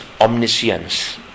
omniscience